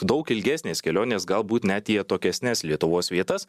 daug ilgesnės kelionės galbūt net į atokesnes lietuvos vietas